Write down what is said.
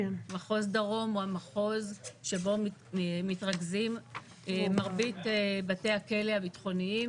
מחוז דרום הוא המחוז שבו מתרכזים מרבית בתי הכלא הביטחוניים